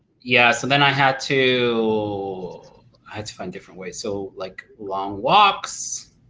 yeah, so then i had to i had to find different ways. so like long walks,